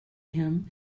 him